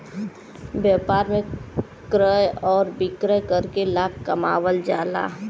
व्यापार में क्रय आउर विक्रय करके लाभ कमावल जाला